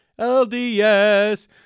LDS